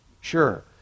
Sure